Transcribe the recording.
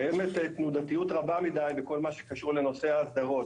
קיימת תנודתיות רבה מידי בכל מה שקשור לנושא ההסדרות.